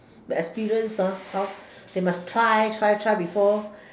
experience how they must try try try before